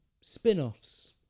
spin-offs